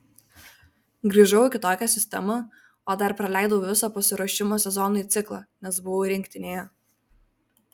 grįžau į kitokią sistemą o dar praleidau visą pasiruošimo sezonui ciklą nes buvau rinktinėje